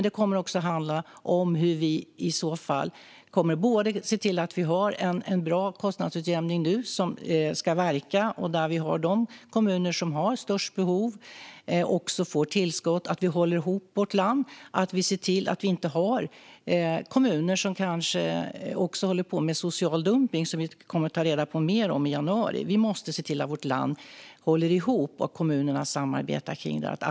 Det kommer att handla om hur vi ska se till att ha en bra kostnadsutjämning nu som ska verka, att de kommuner som har störst behov också får tillskott och att vi håller ihop vårt land och ser till att vi inte har kommuner som håller på med social dumpning, vilket vi kommer att ta reda på mer om i januari. Vi måste se till att vårt land håller ihop och att kommunerna samarbetar kring detta.